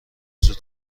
زود